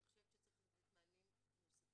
אני חושבת שצריך לתת מענים נוספים.